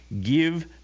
give